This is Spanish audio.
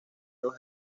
los